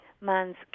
man's